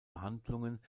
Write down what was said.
behandlungen